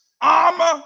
armor